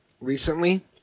recently